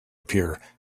appear